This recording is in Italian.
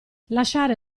lasciare